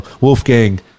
Wolfgang